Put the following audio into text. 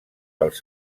pels